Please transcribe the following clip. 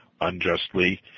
unjustly